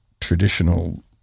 traditional